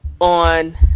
On